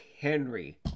Henry